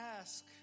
ask